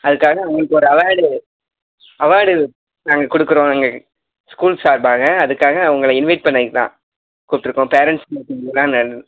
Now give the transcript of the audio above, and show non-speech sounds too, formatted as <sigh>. அதுக்காக அவங்களுக்கு ஒரு அவார்டு அவார்டு நாங்கள் கொடுக்கறோம் எங்கள் ஸ்கூல் சார்பாக அதுக்காக உங்களை இன்வைட் <unintelligible> தான் கூப்பிட்ருக்கோம் பேரண்ட்ஸ் மீட்டிங்லலாம் நன்